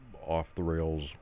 off-the-rails